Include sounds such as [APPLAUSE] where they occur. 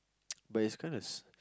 [NOISE] but it's kinda s~